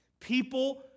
People